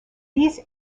these